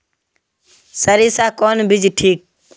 सरीसा कौन बीज ठिक?